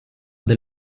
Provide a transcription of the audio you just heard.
del